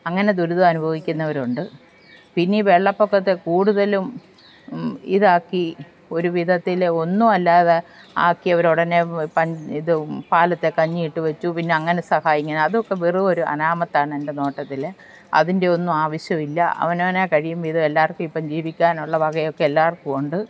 അങ്ങനെ ദുരിതമനുഭവിക്കുന്നവരുണ്ട് പിന്നെ ഈ വെള്ളപൊക്കത്തെ കൂടുതലും ഇതാക്കി ഒരു വിധത്തിൽ ഒന്നും അല്ലാതെ ആക്കിയവരോടു തന്നെ പ ഇതു പാലത്തെ കഞ്ഞി ഇട്ടു വെച്ചു പിന്നെ അങ്ങനെ സഹായി ഇങ്ങനെ അതൊക്കെ വെറുമൊരു അനാമത്താണ് എൻ്റെ നോട്ടത്തിൽ അതിൻ്റെ ഒന്നും ആവശ്യമില്ല അവനവനാൽ കഴിയും വിധം എല്ലാവർക്കിപ്പോൾ ജീവിക്കാനുള്ള വകയൊക്കെ എല്ലാവർക്കും ഉണ്ട്